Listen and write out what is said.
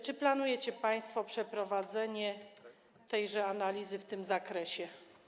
Czy planujecie państwo przeprowadzenie tejże analizy w tym zakresie?